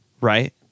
right